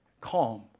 Calm